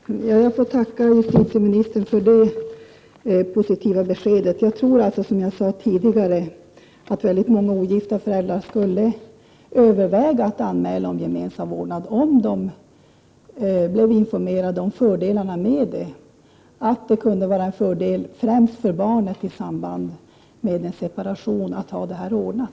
Herr talman! Jag får tacka justitieministern för det positiva beskedet. Jag tror alltså, som jag sade tidigare, att många ogifta föräldrar skulle överväga att anmäla önskemål om gemensam vårdnad, om de blev informerade om att det kunde vara en fördel, främst för barnet i samband med en separation, att ha detta ordnat.